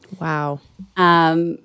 Wow